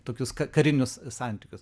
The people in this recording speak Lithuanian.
tokius karinius santykius